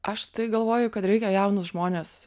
aš tai galvoju kad reikia jaunus žmones